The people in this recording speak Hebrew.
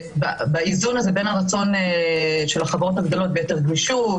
באיזון הזה בין הרצון של החברות הגדולות ביתר גמישות,